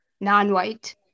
non-white